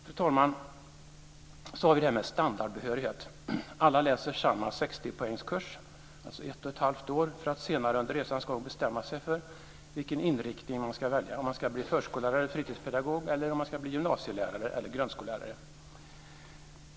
Fru talman! Så har vi det här med en standardbehörighet. Alla ska läsa samma 60-poängskurs ett och ett halvt år för att senare under resans gång bestämma sig för vilken inriktning man ska välja: om man ska bli förskollärare eller fritidspedagog eller om man ska bli gymnasielärare eller grundskollärare.